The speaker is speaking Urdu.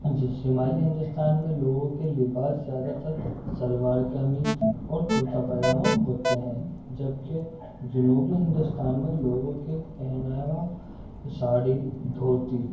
شمالی ہندوستان میں لوگوں کے لباس زیادہ تر شلوار قمیض اور کرتا پجامہ ہوتے ہیں جبکہ جنوبی ہندوستان میں لوگوں کے پہناوا ساڑی دھوتی